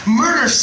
murder